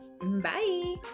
bye